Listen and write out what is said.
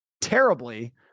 terribly